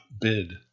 bid